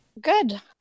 Good